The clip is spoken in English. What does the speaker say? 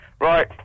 Right